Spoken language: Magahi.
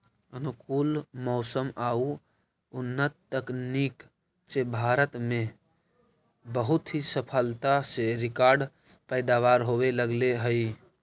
अनुकूल मौसम आउ उन्नत तकनीक से भारत में बहुत ही सफलता से रिकार्ड पैदावार होवे लगले हइ